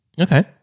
Okay